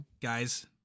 guys